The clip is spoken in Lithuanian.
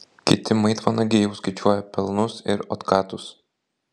kiti maitvanagiai jau skaičiuoja pelnus ir otkatus